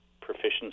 proficiency